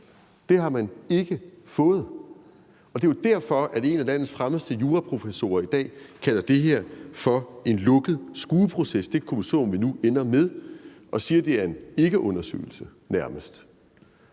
det har man ikke fået! Og det er jo derfor, at en af landets fremmeste juraprofessorer i dag kalder det her for en lukket skueproces – altså det kommissorium, vi nu ender med – og siger, at det nærmest er en ikkeundersøgelse. Det